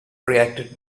reacted